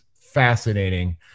fascinating